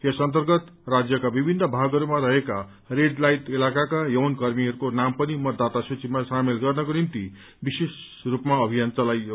यस अन्तर्गत राज्यका विभिन्न भागहरूमा रहेका रेड लाइट इलाकाका यौन कर्मीहरूको नाम पनि मतदाता स्रीमा सामेल गर्नको निम्ति विशेष अभियान चलाइयो